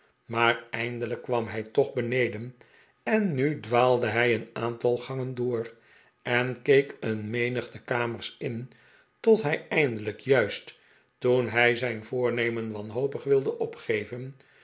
maar eindelijk kwam hij toch beneden eri nu dwaalde hij een aantal gangen door en keek een menigte kamers in tot hij eindelijk juist toen hij zijn voornemen wanhopig wilde opgeven